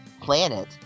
planet